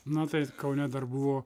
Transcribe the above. na taip kaune dar buvo